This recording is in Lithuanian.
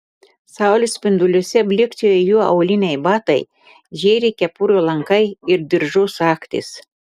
saulės spinduliuose blykčioja jų auliniai batai žėri kepurių lankai ir diržų sagtys